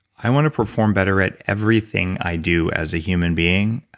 i want to perform better at everything i do as a human being.